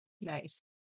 Nice